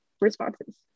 responses